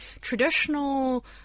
traditional